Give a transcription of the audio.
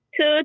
Two